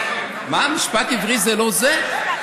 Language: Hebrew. מה, משפט עברי זה לא זה?